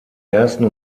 ersten